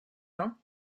ans